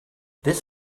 this